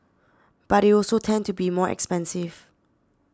but they also tend to be more expensive